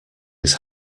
his